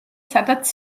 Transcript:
სადაც